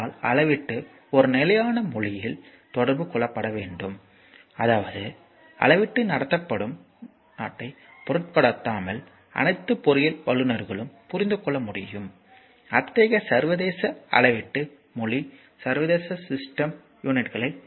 அதனால் அளவீட்டு ஒரு நிலையான மொழியில் தொடர்பு கொள்ளப்பட வேண்டும் அதாவது அளவீட்டு நடத்தப்படும் நாட்டைப் பொருட்படுத்தாமல் அனைத்து பொறியியல் வல்லுநர்களும் புரிந்து கொள்ள முடியும் அத்தகைய சர்வதேச அளவீட்டு மொழி சர்வதேச சிஸ்டம் யூனிட்கள்